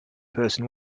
person